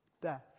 death